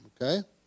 okay